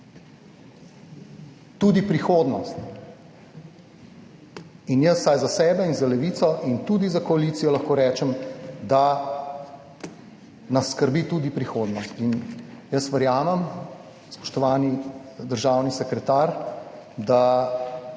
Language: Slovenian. tudi prihodnost. In jaz vsaj za sebe in za Levico in tudi za koalicijo lahko rečem, da nas skrbi tudi prihodnost. In jaz verjamem, spoštovani državni sekretar, da